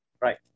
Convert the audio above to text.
Right